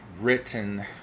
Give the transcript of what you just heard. written